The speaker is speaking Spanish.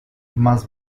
más